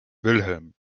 wilhelm